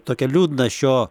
tokia liūdną šio